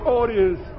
audience